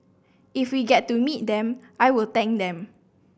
if we get to meet them I will thank them